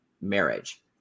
marriage